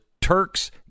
turks